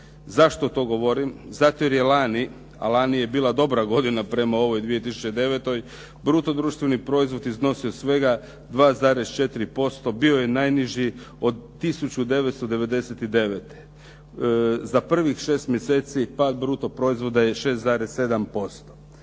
Zašto to govorim? Zato jer je lani a lani je bila dobra godina prema ovoj 2009. brutodruštveni proizvod iznosio svega 2,4%, bio je najniži od 1999. Za prvih 6 mjeseci pad brutoproizvoda je 6,7%.